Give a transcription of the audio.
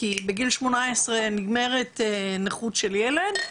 כי בגיל 18 נגמרת נכות של ילד,